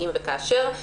אם וכאשר.